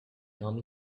come